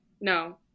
No